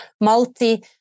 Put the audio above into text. multi